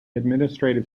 administrative